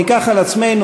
ניקח על עצמנו,